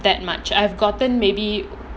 that much I have gotten maybe